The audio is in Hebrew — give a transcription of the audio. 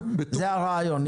זה הרעיון.